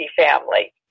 family